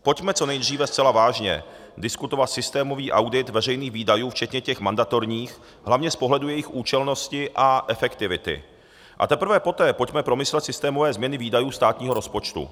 Pojďme co nejdříve zcela vážně diskutovat systémový audit veřejných výdajů, včetně těch mandatorních, hlavně z pohledu jejich účelnosti a efektivity, a teprve poté pojďme promyslet systémové změny výdajů státního rozpočtu.